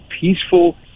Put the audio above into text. peaceful